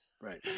Right